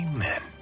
Amen